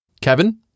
Kevin